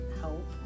help